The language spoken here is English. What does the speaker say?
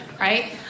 right